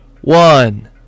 one